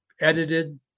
edited